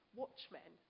watchmen